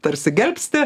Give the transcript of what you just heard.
tarsi gelbsti